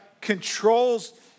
controls